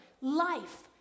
life